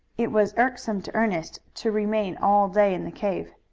it was irksome to ernest to remain all day in the cave.